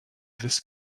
this